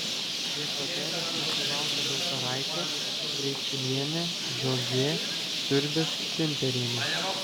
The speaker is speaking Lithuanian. prie stotelės mūsų laukė dautaraitė graičiūnienė žiogė siurbis tinterienė